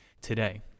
today